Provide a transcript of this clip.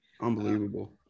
Unbelievable